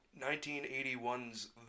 1981's